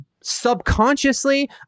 Subconsciously